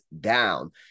down